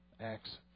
Acts